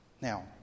Now